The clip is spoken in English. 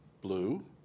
blue